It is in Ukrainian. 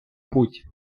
путь